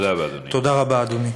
תודה רבה, אדוני.